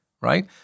right